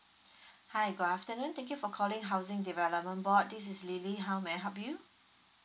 hi good afternoon thank you for calling housing development board this is lily how may I help you